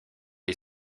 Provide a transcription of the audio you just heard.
est